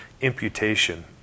imputation